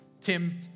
Tim